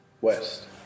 West